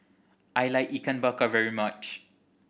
I like Ikan Bakar very much